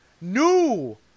new